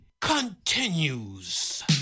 continues